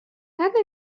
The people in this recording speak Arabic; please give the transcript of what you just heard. هذا